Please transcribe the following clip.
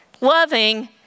loving